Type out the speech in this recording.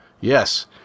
Yes